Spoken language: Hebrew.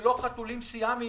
ולא חתולים סיאמיים